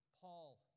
Paul